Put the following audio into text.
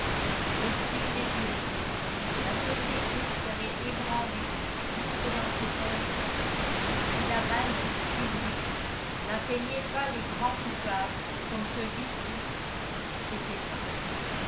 messieurs les jurés la société serait ébranlée jusque dans ses fondements si la vindicte publique n'atteignait pas les grands coupables comme celui qui etc